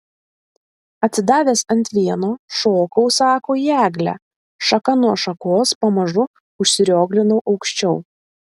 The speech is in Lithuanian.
atsidavęs ant vieno šokau sako į eglę šaka nuo šakos pamažu užsirioglinau aukščiau